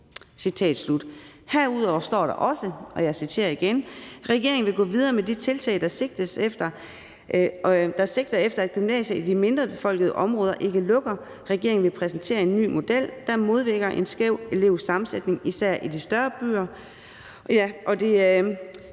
Herudover står der også, og jeg citerer igen: »Regeringen vil gå videre med de tiltag, der sigter efter, at gymnasier i de mindre befolkede områder ikke lukker. Regeringen vil præsentere en ny model, der modvirker en skæv elevsammensætning især i de større byer.«